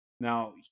Now